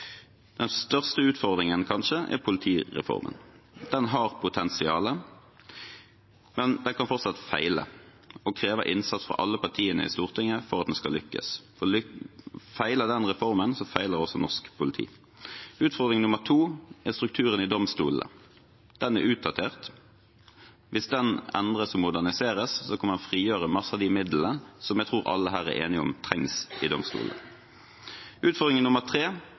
Den største utfordringen er kanskje politireformen. Den har potensial, men den kan fortsatt feile, og det krever innsats fra alle partiene i Stortinget for at den skal lykkes. Feiler den reformen, feiler også norsk politi. Utfordring nummer 2 er strukturen i domstolene. Den er utdatert. Hvis den endres og moderniseres, kan man frigjøre masse av de midlene som jeg tror alle her er enige om trengs i domstolene. Utfordring nummer